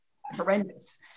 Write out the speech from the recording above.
horrendous